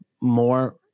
more